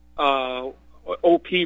OP